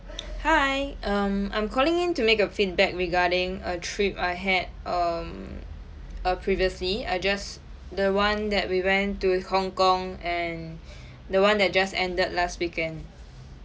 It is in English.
hi um I'm calling in to make a feedback regarding a trip I had um uh previously I just the one that we went to hong kong and the one that just ended last weekend